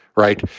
right.